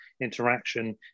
interaction